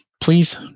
Please